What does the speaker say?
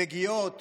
שמגיעות